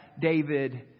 David